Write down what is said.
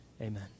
amen